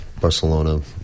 Barcelona